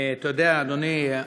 אתה יודע, אדוני,